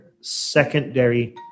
secondary